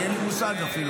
אין לי אפילו מושג.